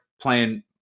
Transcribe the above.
playing